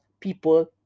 people